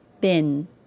bin